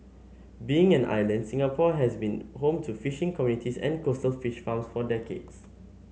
being an island Singapore has been home to fishing communities and coastal fish farms for decades